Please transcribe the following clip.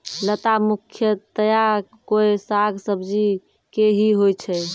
लता मुख्यतया कोय साग सब्जी के हीं होय छै